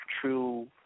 true